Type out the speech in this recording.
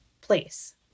place